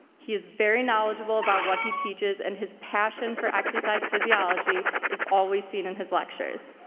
he is very knowledgeable about what he teaches and his passion for exercise physiology is always seen in his lectures,